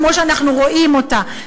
כמו שאנחנו רואים אותה,